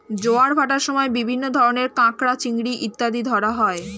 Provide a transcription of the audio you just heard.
জোয়ার ভাটার সময় বিভিন্ন ধরনের কাঁকড়া, চিংড়ি ইত্যাদি ধরা হয়